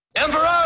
Emperor